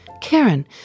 Karen